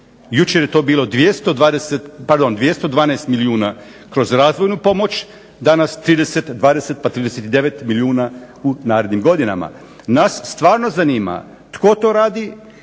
jučer je to bilo 220, pardon 212 milijuna kroz razvojnu pomoć, danas 30, 20 pa 39 milijuna u narednim godinama. Nas stvarno zanima tko to radi,